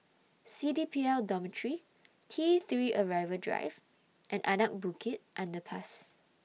C D P L Dormitory T three Arrival Drive and Anak Bukit Underpass